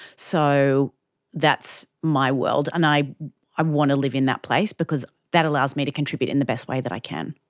so that's my world and i i want to live in that place because that allows me to contribute in the best way that i can.